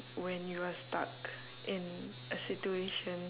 when you are stuck in a situation